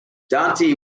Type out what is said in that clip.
dante